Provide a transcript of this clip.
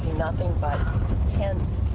nothing but tents.